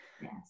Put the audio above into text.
Yes